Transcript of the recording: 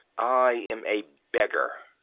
i am a beggar.